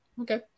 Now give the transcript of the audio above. okay